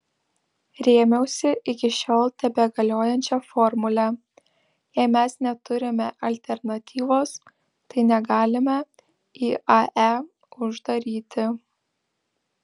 rėmiausi iki šiol tebegaliojančia formule jei mes neturime alternatyvos tai negalime iae uždaryti